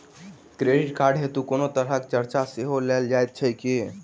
Credit card हेतु कोनो तरहक चार्ज सेहो लेल जाइत अछि की?